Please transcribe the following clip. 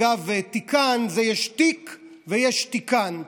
אגב, תיקן: יש תיק ויש תיקן.